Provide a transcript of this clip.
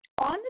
on